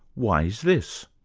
why is this?